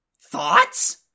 Thoughts